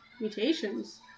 mutations